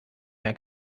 mehr